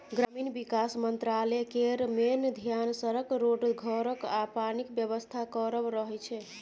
ग्रामीण बिकास मंत्रालय केर मेन धेआन सड़क, रोड, घरक आ पानिक बेबस्था करब रहय छै